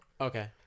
Okay